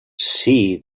see